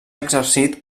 exercit